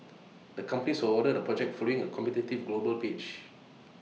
the companies were awarded the project following A competitive global pitch